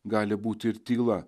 gali būti ir tyla